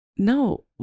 No